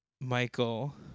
Michael